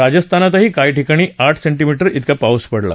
राजस्थानातही काही ठिकाणी आठ सेंटीमीटर त्रेका पाऊस पडला